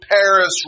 Paris